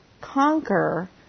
conquer